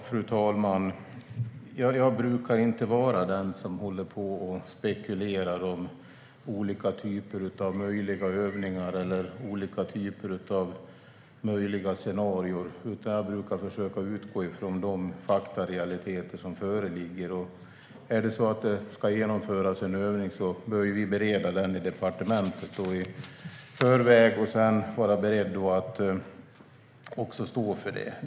Fru talman! Jag brukar inte spekulera om olika typer av möjliga övningar eller olika typer av möjliga scenarier. Jag brukar försöka utgå från de faktarealiteter som föreligger. Om en övning ska genomföras bör vi bereda det på departementet i förväg och sedan vara beredda att stå för det.